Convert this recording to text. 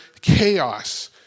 chaos